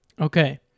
Okay